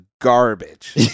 garbage